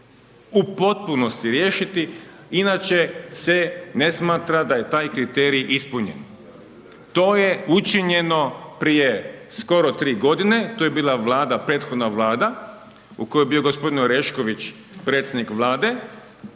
u potpunosti riješiti, inače se ne smatra da je taj kriterij ispunjen. To je učinjeno prije skoro 3 g. to je bila vlada, prethodna vlada, u kojoj je bio gospodin Orešković, predsjednik Vlade,